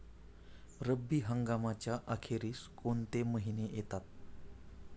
रब्बी हंगामाच्या अखेरीस कोणते महिने येतात?